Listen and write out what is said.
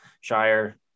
Shire